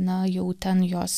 na jau ten jos